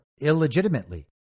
illegitimately